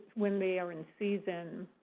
when they are in season.